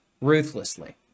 ruthlessly